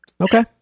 Okay